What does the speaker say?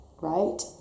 Right